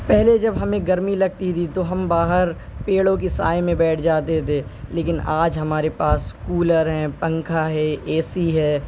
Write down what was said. پہلے جب ہمیں گرمی لگتی تھی تو ہم باہر پیڑوں کی سائے میں بیٹھ جاتے تھے لیکن آج ہمارے پاس کولر ہیں پنکھا ہے اے سی ہے